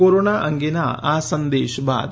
corona અંગેના આ સંદેશ બાદ